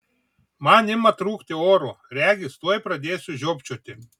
man ima trūkti oro regis tuoj pradėsiu žiopčioti